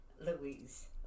Louise